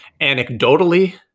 Anecdotally